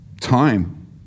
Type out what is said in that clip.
time